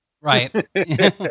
Right